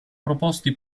proposti